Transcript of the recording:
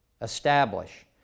establish